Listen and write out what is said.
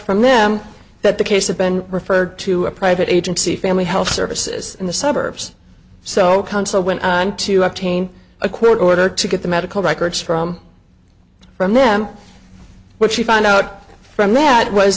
from them that the case had been referred to a private agency family health services in the suburbs so council went on to obtain a court order to get the medical records from from them what she found out from that was